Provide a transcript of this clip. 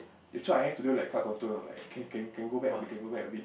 if so I have to do like crowd control you know like can can can go back a bit can go back a bit